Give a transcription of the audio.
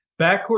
Backcourt